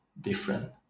different